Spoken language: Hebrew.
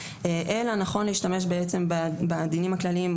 אלא נכון להשתמש בעצם בדינים הכלליים.